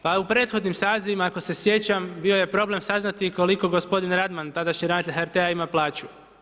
Pa u prethodnim sazivima ako se sjećam bio je problem saznati koliko gospodin Radman tadašnji ravnatelj HRT-a ima plaću.